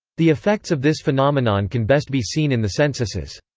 the effects of this phenomenon can best be seen in the censuses.